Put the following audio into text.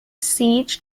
siege